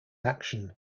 action